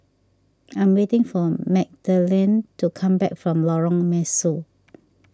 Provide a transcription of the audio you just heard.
I'm waiting for Magdalen to come back from Lorong Mesu